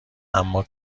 اما